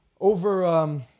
over